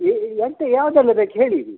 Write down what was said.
ಎಂತ ಯಾವುದೆಲ್ಲ ಬೇಕು ಹೇಳಿರಿ